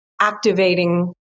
activating